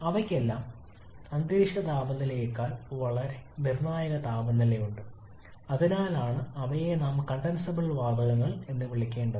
അവയ്ക്കെല്ലാം അന്തരീക്ഷ താപനിലയേക്കാൾ വളരെ നിർണായക താപനിലയുണ്ട് അതിനാലാണ് അവയെ നാം കണ്ടൻസബിൾ വാതകങ്ങൾ എന്ന് വിളിക്കേണ്ടത്